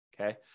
Okay